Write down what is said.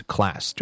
Class